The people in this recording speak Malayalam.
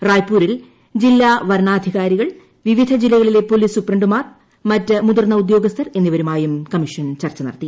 റായ്പൂരിൽ ജില്ലാ വരണാധികാരികൾ വിവിധ ജില്ലകളിലെ പൊലീസ് സൂപ്രണ്ടുമാർ മറ്റു മുതിർന്ന ഉദ്യോഗസ്ഥർ എന്നിവരുമായും കമ്മീഷൻ ചർച്ച നടത്തി